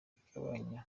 igabanya